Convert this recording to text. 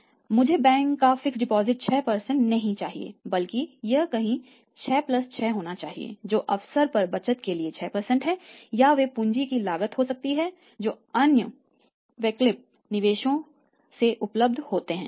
इसलिए मुझे बैंक का फिक्स डिपाजिट 6 नहीं चाहिए बल्कि यह कहीं 6 प्लस 6 होना चाहिए जो अवसर की बचत के लिए 6 है या वे पूंजी की लागत हो सकती है जो अन्य वैकल्पिक निवेशों से उपलब्ध होता है